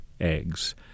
eggs